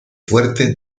fuerte